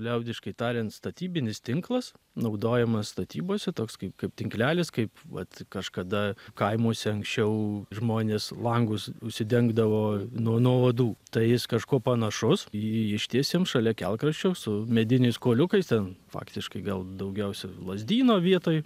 liaudiškai tariant statybinis tinklas naudojamas statybose toks kaip kaip tinklelis kaip vat kažkada kaimuose anksčiau žmonės langus užsidengdavo nuo nuo uodų tai jis kažkuo panašus jį ištiesiam šalia kelkraščio su mediniais kuoliukais ten faktiškai gal daugiausia lazdyno vietoj